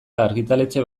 argitaletxe